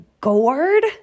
gourd